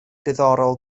diddorol